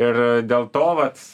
ir dėl to vat